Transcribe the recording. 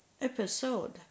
episode